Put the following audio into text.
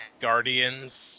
guardians